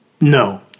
No